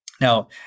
Now